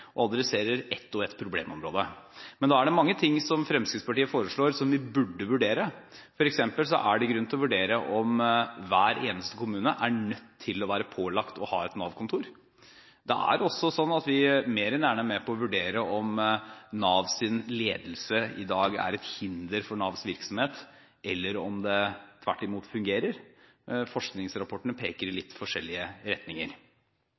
og adresserer ett og ett problemområde. Men da er det mange ting som Fremskrittspartiet foreslår som vi burde vurdere. For eksempel er det grunn til å vurdere om hver eneste kommune er nødt til å være pålagt å ha et Nav-kontor. Vi er også mer enn gjerne med på å vurdere om Navs ledelse i dag er et hinder for Navs virksomhet, eller om det tvert imot fungerer. Forskningsrapportene peker i litt forskjellige retninger.